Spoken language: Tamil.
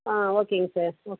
ஆ ஓகேங்க சார் ஓ